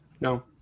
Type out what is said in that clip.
No